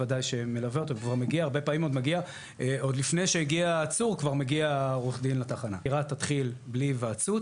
וכמובן שאם היה ויתור על זכות ההיוועצות